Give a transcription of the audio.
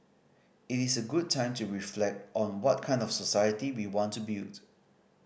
it is a good time to reflect on what kind of society we want to build